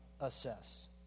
assess